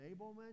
enablement